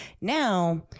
Now